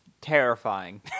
Terrifying